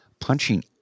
punching